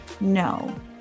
No